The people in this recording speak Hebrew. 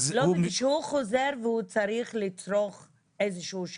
כשהוא חוזר וצריך לצרוך איזשהו שירות,